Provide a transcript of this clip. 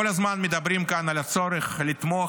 כל הזמן מדברים כאן על הצורך לתמוך